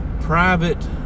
private